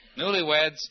Newlyweds